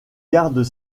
gardes